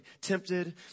tempted